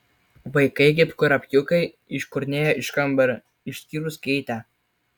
vaikai kaip kurapkiukai iškurnėjo iš kambario išskyrus keitę